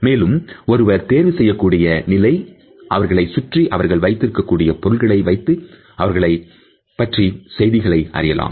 மேலும் ஒருவர் தேர்வு செய்யக்கூடிய நிலை அவர்களை சுற்றி அவர்கள் வைக்கக்கூடிய பொருள்களை வைத்து அவர்கள் பற்றிய செய்திகளை அறியலாம்